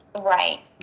Right